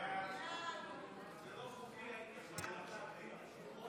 זה לא חוקי, מה שעשית.